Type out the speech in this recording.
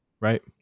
right